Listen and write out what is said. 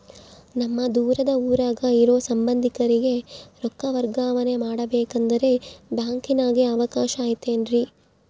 ನಮ್ಮ ದೂರದ ಊರಾಗ ಇರೋ ಸಂಬಂಧಿಕರಿಗೆ ರೊಕ್ಕ ವರ್ಗಾವಣೆ ಮಾಡಬೇಕೆಂದರೆ ಬ್ಯಾಂಕಿನಾಗೆ ಅವಕಾಶ ಐತೇನ್ರಿ?